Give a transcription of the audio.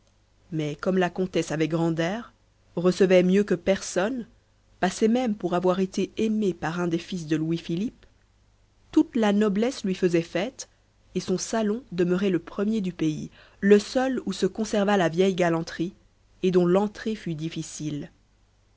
mais comme la comtesse avait grand air recevait mieux que personne passait même pour avoir été aimée par un des fils de louis-philippe toute la noblesse lui faisait fête et son salon demeurait le premier du pays le seul où se conservât la vieille galanterie et dont l'entrée fût difficile